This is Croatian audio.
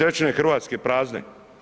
3 Hrvatske prazne.